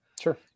Sure